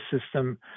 system